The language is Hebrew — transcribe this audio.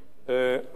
חבר הכנסת אורלב,